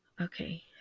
Okay